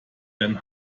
than